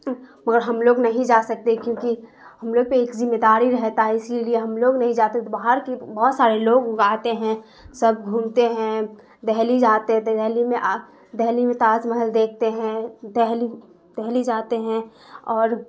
مگر ہم لوگ نہیں جا سکتے کیونکہ ہم لوگ پہ ایک ذمہ داری رہتا ہے اسی لیے ہم لوگ نہیں جاتے تو باہر کی بہت سارے لوگ وہ آتے ہیں سب گھومتے ہیں دہلی جاتے دہلی میں دہلی میں تاج محل دیکھتے ہیں دہلی دہلی جاتے ہیں اور